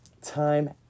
Time